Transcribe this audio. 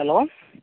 hello